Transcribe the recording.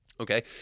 Okay